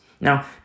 Now